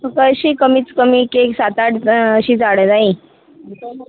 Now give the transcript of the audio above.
तुका अशी कमीच कमी एक सात आठ जाण अशी झाडां जायी